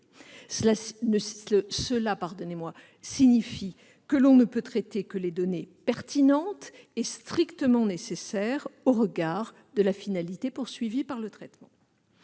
Cela signifie que l'on ne peut traiter que les données pertinentes et strictement nécessaires au regard de la finalité du traitement.